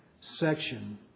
section